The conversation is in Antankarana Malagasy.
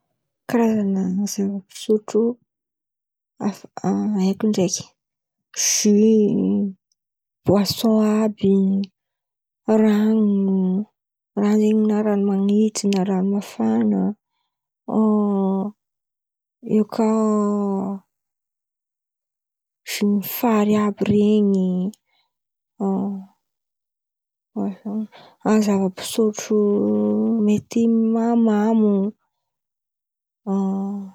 Karazan̈a zava-pisotro haiko ndraiky: zy, boason aby, ran̈o ran̈o zen̈y na ran̈o man̈itsy na ran̈o mafana eo kà zy ny fary àby ren̈y zava-pisotro mety mahamamo zay.